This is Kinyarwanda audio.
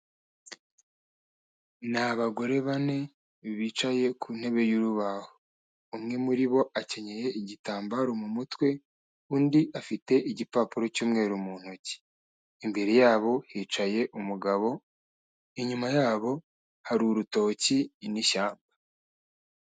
Ni abagore bane bicaye ku ntebe y'urubaho umwe muri bo akenyenye igitambaro mu mutwe, undi afite igipapuro cy'umweru mu ntoki, imbere yabo hicaye umugabo inyuma yabo hari urutoki n'ishyamba.